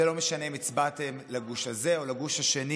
זה לא משנה אם הצבעתם לגוש הזה או לגוש השני.